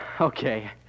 Okay